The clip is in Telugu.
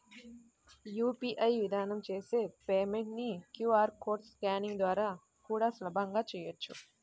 యూ.పీ.ఐ విధానం చేసే పేమెంట్ ని క్యూ.ఆర్ కోడ్ స్కానింగ్ ద్వారా కూడా సులభంగా చెయ్యొచ్చు